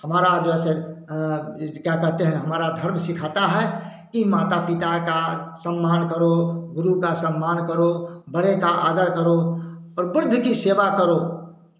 हमारा जो है से क्या कहते हैं हमारा धर्म सिखाता है कि माता पिता का सम्मान करो गुरू का सम्मान करो बड़े का आदर करो पर वृद्ध की सेवा करो